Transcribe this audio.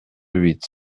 huit